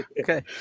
okay